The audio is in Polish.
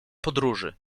podróży